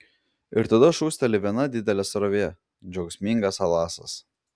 ir tada šūsteli viena didelė srovė džiaugsmingas alasas